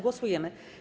Głosujemy.